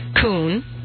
coon